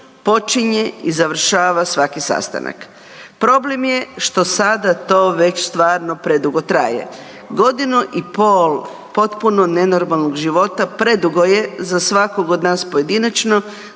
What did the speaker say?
počinje i završava svaki sastanak. Problem je što sada to već stvarno predugo traje. Godinu i pol potpuno nenormalnog života predugo je za svakog od nas pojedinačno,